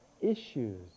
issues